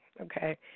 Okay